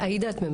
חה"כ עאידה תומא